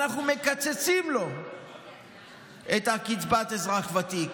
אנחנו מקצצים לו את קצבת האזרח הוותיק,